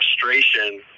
frustration